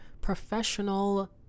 professional